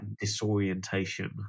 disorientation